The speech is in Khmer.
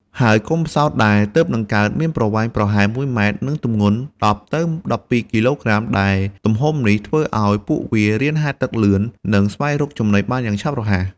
ហើយកូនផ្សោតដែលទើបនឹងកើតមានប្រវែងប្រហែល ១ ម៉ែត្រ និងទម្ងន់ ១០ ទៅ ១២ គីឡូក្រាម ដែលទំហំនេះធ្វើឱ្យពួកវារៀនហែលទឹកលឿន និងស្វែងរកចំណីបានយ៉ាងឆាប់រហ័ស។